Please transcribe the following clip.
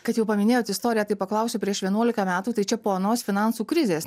kad jau paminėjot istoriją tai paklausiu prieš vienuolika metų tai čia po anos finansų krizės